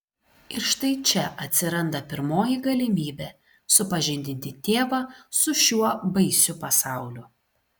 ir štai čia atsiranda pirmoji galimybė supažindinti tėvą su šiuo baisiu pasauliu